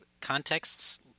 contexts